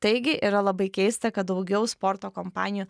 taigi yra labai keista kad daugiau sporto kompanijų